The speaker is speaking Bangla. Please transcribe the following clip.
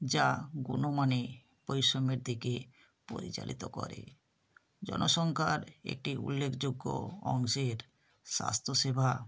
যা গুণমানে পরিশ্রমের দিকে পরিচালিত করে জনসংখ্যার একটি উল্লেখযোগ্য অংশের স্বাস্থ্যসেবা